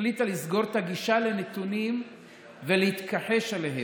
החליטה לסגור את הגישה לנתונים ולהתכחש אליהם.